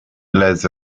les